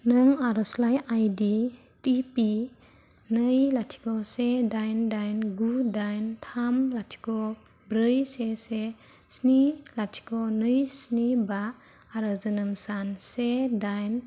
नों आरजलाइ आईडी टि पि नै लाथिख' से दाइन दाइन गु दाइन थाम लाथिख' ब्रै से से स्नि लाथिख' नै स्नि बा आरो जोनोम सान से दाइन